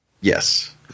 Yes